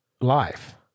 life